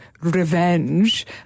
revenge